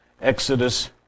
Exodus